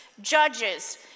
Judges